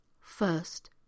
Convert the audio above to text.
first